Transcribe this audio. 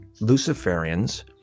Luciferians